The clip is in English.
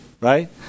Right